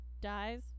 dies